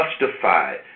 justified